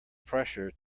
pressure